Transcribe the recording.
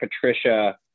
Patricia